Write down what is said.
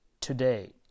today